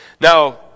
Now